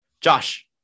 Josh